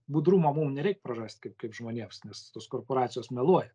budrumo mum nereik praras kaip žmonėms nes tos korporacijos meluoja